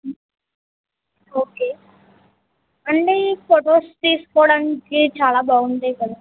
okay అండి photos తీసుకోవడానికి చాలా బావుంటాయి కదా